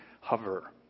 hover